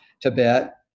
Tibet